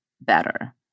better